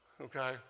Okay